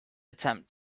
attempt